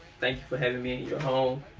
thank you for having me in your home.